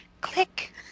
click